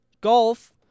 golf